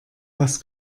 was